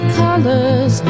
colors